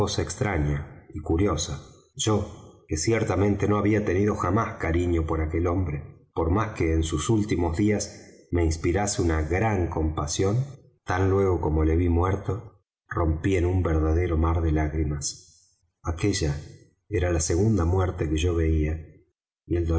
cosa extraña y curiosa yo que ciertamente no había tenido jamás cariño por aquel hombre por más que en sus últimos días me inspirase una gran compasión tan luego como lo ví muerto rompí en un verdadero mar de lágrimas aquella era la segunda muerte que yo veía